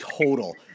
total